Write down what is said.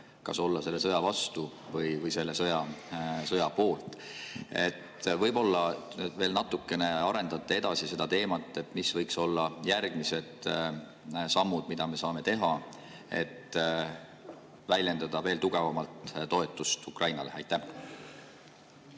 kas olla selle sõja vastu või selle sõja poolt. Võib‑olla arendate veel natukene edasi seda teemat – mis võiksid olla järgmised sammud, mida me saame teha, et väljendada veel tugevamalt toetust Ukrainale?